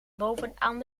bovenaan